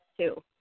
two